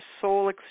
soul